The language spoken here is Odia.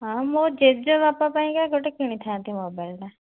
ହଁ ମୋ ଜେଜେବାପା ପାଇଁକା ଗୋଟେ କିଣିଥାନ୍ତି ମୋବାଇଲ୍ଟା